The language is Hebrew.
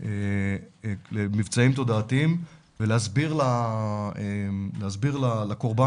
למבצעים תודעתיים ולהסביר לקורבן